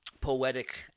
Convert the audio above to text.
poetic